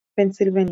שבפנסילבניה,